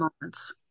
moments